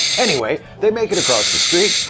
anyway, they make it across the street,